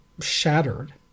shattered